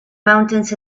mountains